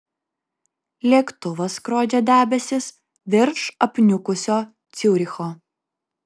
lėktuvas skrodžia debesis virš apniukusio ciuricho